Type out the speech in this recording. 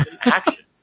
action